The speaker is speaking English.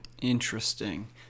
Interesting